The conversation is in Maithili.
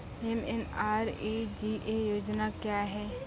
एम.एन.आर.ई.जी.ए योजना क्या हैं?